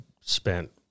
spent